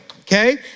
okay